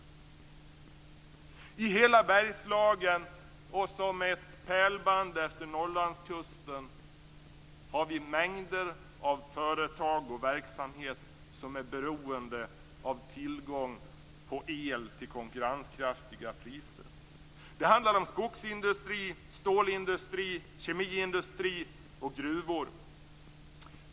I hela Bergslagen och som ett pärlband efter Norrlandskusten har vi mängder av företag och verksamheter som är beroende av tillgång på el till konkurrenskraftiga priser. Det handlar om skogsindustri, stålindustri, kemiindustri och gruvor.